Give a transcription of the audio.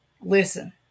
Listen